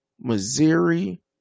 Missouri